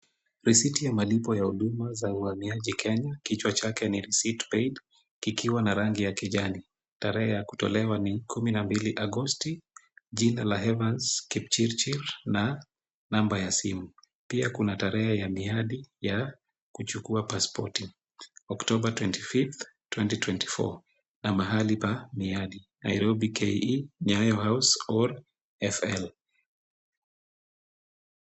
Riciti ya malipo ya huduma za uhamiaji Kenya kichwa chake ni, Receipt Paid kikiwa na rangi ya kijani. Tarehe ya kutolewa ni 12 Agosti, jina la Evans Kipchirchir, na namba ya simu. Pia kuna tarehe ya miadi ya kuchukua pasipoti October 25th, 2024 na mahali pa miadi, Nairobi Ke, Nyayo House FL.